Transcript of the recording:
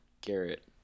garrett